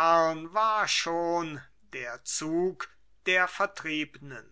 war schon der zug der vertriebnen